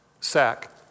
sack